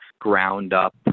ground-up